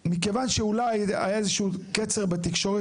ומכיוון שאולי היה איזה שהוא קשר בתקשורת